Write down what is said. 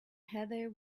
heather